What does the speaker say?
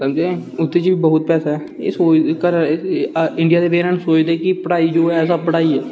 समझे नी उदे च बी बहुत पैसा ऐ एह् सोचदे घरा दे इंडियन पेरेंट्स सोचदे कि पढ़ाई जो ऐ सब पढ़ाई ऐ